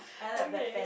okay